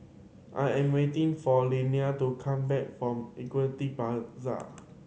I am waiting for Landyn to come back from Equity Plaza